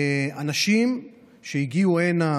אנשים שהגיעו הנה